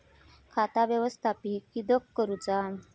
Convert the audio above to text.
खाता व्यवस्थापित किद्यक करुचा?